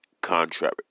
contrary